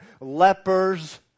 lepers